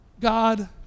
God